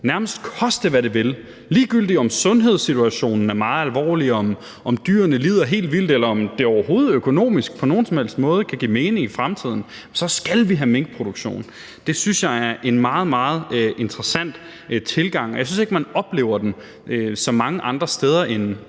nærmest koste, hvad det vil – ligegyldigt om sundhedssituationen er meget alvorlig, dyrene lider helt vildt, eller om det overhovedet økonomisk på nogen som helst måde kan give mening i fremtiden, så skal vi have en minkproduktion – synes jeg er en meget, meget interessant tilgang. Jeg synes ikke, at man oplever den så mange andre steder end